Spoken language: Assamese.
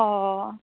অ'